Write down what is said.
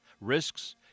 risks